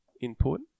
input